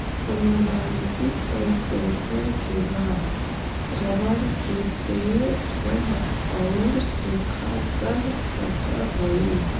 आनुवंशिक संशोधन के बाद रबर के पेड़ ठण्ढ औउर सूखा सह सकऽ हई